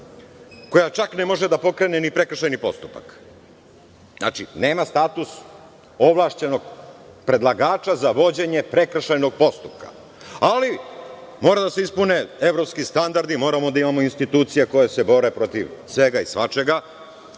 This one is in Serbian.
koja čak ne može da pokrene ni prekršajni postupak. Znači, nema status ovlašćenog predlagača za vođenje prekršajnog postupka, ali mora da se ispune evropski standardi, moramo da imamo institucije koje se bore protiv svega i svačega